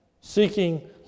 seeking